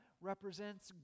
represents